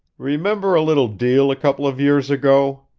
remember a little deal a couple of years ago?